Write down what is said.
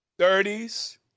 30s